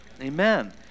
Amen